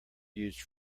used